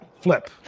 Flip